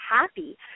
happy